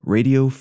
Radio